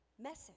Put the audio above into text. message